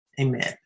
Amen